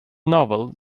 novel